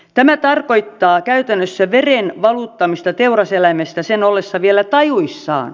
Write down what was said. tämä tarkoittaa käytännössä veren valuttamista teuraseläimestä sen ollessa vielä tajuissaan